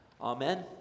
Amen